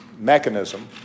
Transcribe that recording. mechanism